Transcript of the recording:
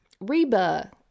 Reba